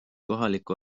kohaliku